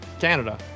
Canada